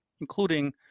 including